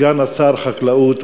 סגן שר החקלאות,